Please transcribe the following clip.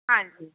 ਹਾਂਜੀ